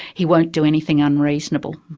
he won't do anything unreasonable.